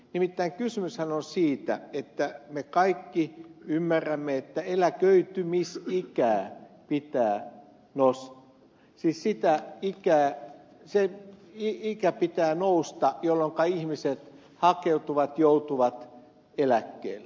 nimittäin kysymyshän on siitä että me kaikki ymmärrämme että eläköitymisikää pitää nostaa siis sitä ikää jolloinka ihmiset hakeutuvat joutuvat eläkkeelle